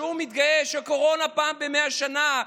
שהוא מתגאה שהקורונה היא פעם ב-100 שנה,